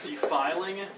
defiling